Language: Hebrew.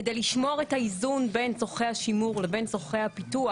כדי לשמור את האיזון בין צרכי השימור לבין צרכי הפיתוח,